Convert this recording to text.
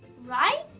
right